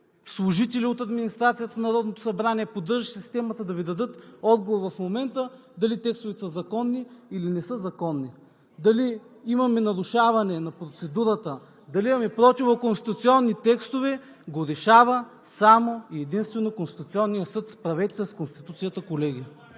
служители от администрацията на Народното събрание, поддържащи системата, да Ви дадат отговор в момента дали текстовете са законни, или не са законни. Дали имаме нарушаване на процедурата, дали имаме противоконституционни текстове решава само и единствено Конституционният съд. Справете се с Конституцията, колеги.